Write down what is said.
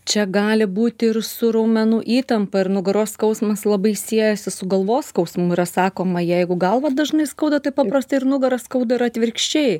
čia gali būti ir su raumenų įtampa ir nugaros skausmas labai siejasi su galvos skausmu yra sakoma jeigu galvą dažnai skauda taip paprastai ir nugarą skauda ir atvirkščiai